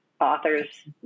authors